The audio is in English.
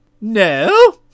No